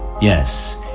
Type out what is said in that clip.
Yes